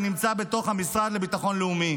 הוא נמצא בתוך המשרד לביטחון לאומי,